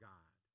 God